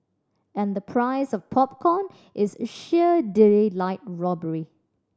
and the price of popcorn is sheer daylight robbery